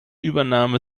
übernahme